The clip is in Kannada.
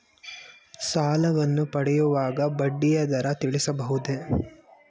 ಸಾಲವನ್ನು ಪಡೆಯುವಾಗ ಬಡ್ಡಿಯ ದರ ತಿಳಿಸಬಹುದೇ?